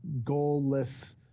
goalless